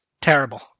terrible